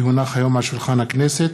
כי הונחו היום על שולחן הכנסת,